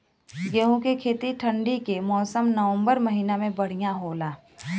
गेहूँ के खेती ठंण्डी के मौसम नवम्बर महीना में बढ़ियां होला?